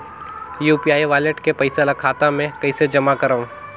UPI wallet के पईसा ल खाता मे कइसे जमा करव?